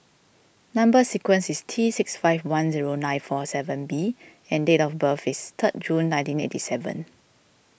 Number Sequence is T six five one zero nine four seven B and date of birth is third June nineteen eighty seven